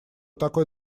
такой